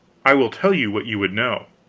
i will tell you what you would know.